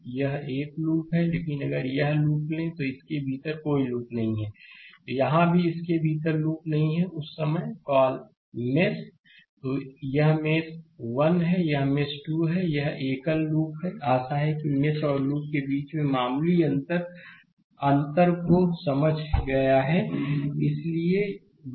तो यह एक लूप है लेकिन अगर यहलूपलें तो इसके भीतर कोई लूप नहीं है यहां भी इसके भीतर लूप नहीं है उस समय कॉल मेष तो यह मेष 1 है यह मेष 2 है और यह एकल लूप है आशा है कि मेश और लूप के बीच मामूली अंत को समझ गया है इसलिए यह